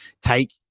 take